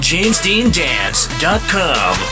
JamesDeanDance.com